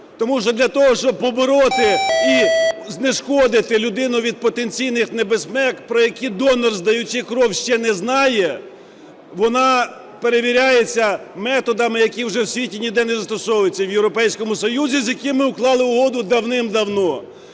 Тому що для того, щоб побороти і знешкодити людину від потенційних небезпек, про які донор, здаючи кров, ще не знає, вона перевіряється методами, які вже в світі ніде не застосовуються, і в Європейському Союзі, з яким ми украли угоду, давним-давно.